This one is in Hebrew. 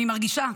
אני מרגישה,